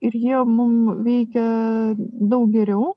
ir jie mum veikia daug geriau